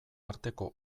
arteko